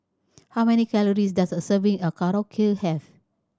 how many calories does a serving of Korokke have